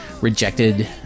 rejected